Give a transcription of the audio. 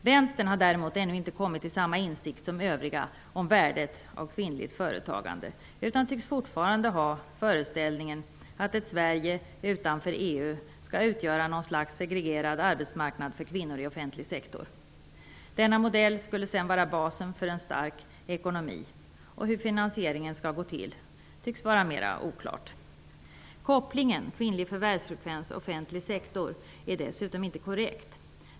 Vänstern har däremot ännu inte kommit till samma insikt som övriga om värdet av kvinnligt företagande utan tycks fortfarande ha föreställningen att ett Sverige utanför EU skall utgöra något slags segregerad arbetsmarknad för kvinnor i offentlig sektor. Denna modell skulle sedan vara basen för en stark ekonomi. Hur finansieringen skall gå till tycks vara mer oklart. Kopplingen kvinnlig förvärvsfrekvens och offentlig sektor är dessutom inte korrekt.